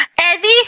Eddie